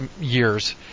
years